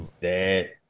dad